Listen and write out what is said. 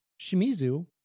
Shimizu